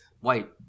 white